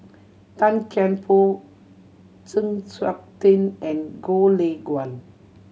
Tan Kian Por Chng Seok Tin and Goh Lay Kuan